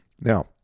Now